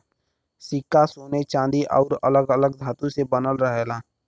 सिक्का सोने चांदी आउर अलग अलग धातु से बनल रहेला